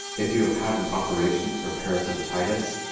if you have had an operation for peritonitis,